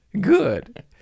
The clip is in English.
Good